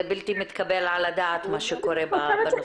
זה בלתי מתקבל על הדעת מה שקורה בנושא.